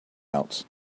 else